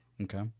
Okay